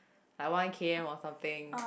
like one k_m or something